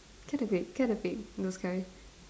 Caterpie Caterpie those kind